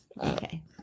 Okay